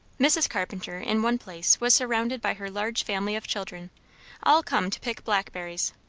mrs. carpenter in one place was surrounded by her large family of children all come to pick blackberries,